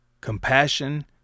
Compassion